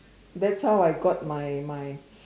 that's how I got my my